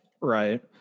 Right